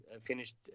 finished